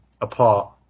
apart